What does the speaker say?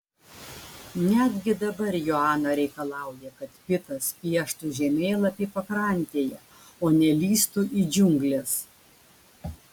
netgi dabar joana reikalauja kad pitas pieštų žemėlapį pakrantėje o ne lįstų į džiungles